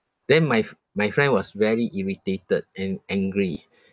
then my f~ my friend was very irritated and angry